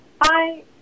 Hi